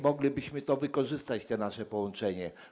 Moglibyśmy wykorzystać to nasze połączenie.